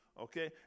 okay